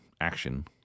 action